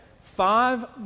five